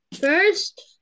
First